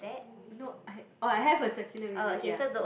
no I oh I have a circular window ya